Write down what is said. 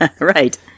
right